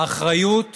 האחריות שלנו,